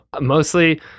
Mostly